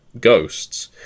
ghosts